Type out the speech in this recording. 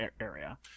area